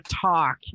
talk